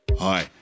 Hi